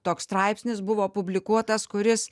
toks straipsnis buvo publikuotas kuris